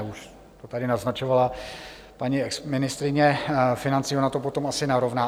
To tady naznačovala paní exministryně financí, ona to potom asi narovná.